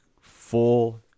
full